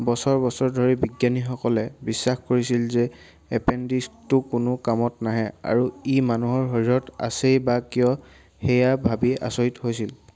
বছৰ বছৰ ধৰি বিজ্ঞানীসকলে বিশ্বাস কৰিছিল যে এপেণ্ডিক্সটো কোনো কামত নাহে আৰু ই মানুহৰ শৰীৰত আছেই বা কিয় সেইয়া ভাবি আচৰিত হৈছিল